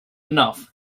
enough